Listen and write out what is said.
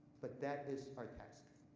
but that is our task.